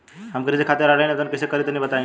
हम कृषि खातिर आनलाइन आवेदन कइसे करि तनि बताई?